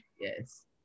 yes